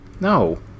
no